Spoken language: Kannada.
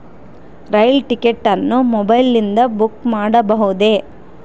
ರೈಲು ಟಿಕೆಟ್ ಅನ್ನು ಮೊಬೈಲಿಂದ ಬುಕ್ ಮಾಡಬಹುದೆ?